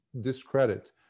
discredit